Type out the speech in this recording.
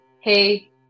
hey